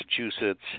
Massachusetts